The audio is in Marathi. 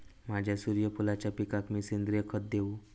माझ्या सूर्यफुलाच्या पिकाक मी सेंद्रिय खत देवू?